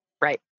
Right